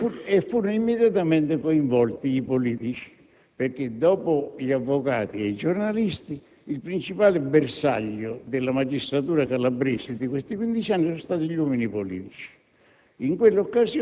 Furono immediatamente coinvolti i politici. Dopo gli avvocati e i giornalisti, infatti, il principale bersaglio della magistratura calabrese in questi quindici anni sono stati gli uomini politici.